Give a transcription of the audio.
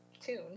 tune